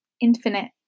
infinite